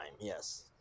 yes